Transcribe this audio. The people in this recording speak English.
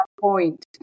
point